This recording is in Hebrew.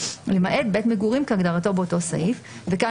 למעט בית מגורים כהגדרתו באותו סעיף," וכן